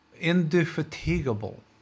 Indefatigable